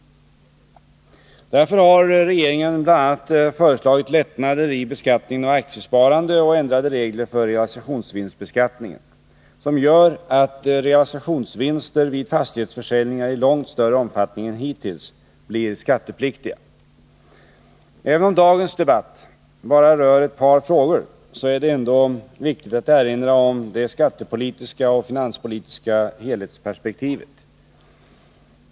Därför har regeringen bl.a. föreslagit lättnader i beskattningen av aktiesparande och ändrade regler för realisationsvinstbeskattningen, som gör att realisationsvinster vid fastighetsförsäljningar i långt större omfattning än hittills blir skattepliktiga. Även om dagens debatt bara rör ett par frågor, så är det ändå viktigt att erinra om det skattepolitiska och finanspolitiska helhetsperspektivet.